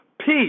peace